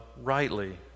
rightly